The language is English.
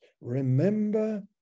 remember